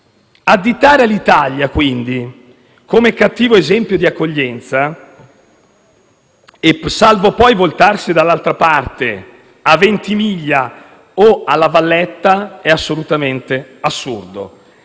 Additare quindi l'Italia come cattivo esempio di accoglienza, salvo poi voltarsi dall'altra parte a Ventimiglia o a La Valletta, è assolutamente assurdo.